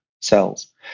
cells